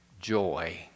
joy